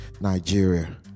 Nigeria